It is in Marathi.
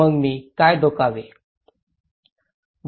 मग मी काय डोकावे